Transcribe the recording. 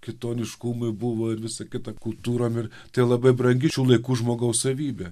kitoniškumui buvo ir visą kitą kultūrom ir tai labai brangi šių laikų žmogaus savybė